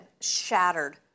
shattered